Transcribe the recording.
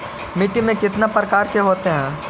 माटी में कितना प्रकार के होते हैं?